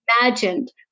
imagined